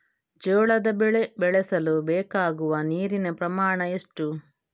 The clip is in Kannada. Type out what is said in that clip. ಜೋಳದ ಬೆಳೆ ಬೆಳೆಸಲು ಬೇಕಾಗುವ ನೀರಿನ ಪ್ರಮಾಣ ಎಷ್ಟು?